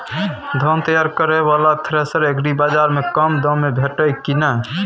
धान तैयार करय वाला थ्रेसर एग्रीबाजार में कम दाम में भेटत की नय?